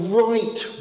right